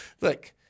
Look